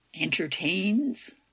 entertains